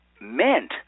meant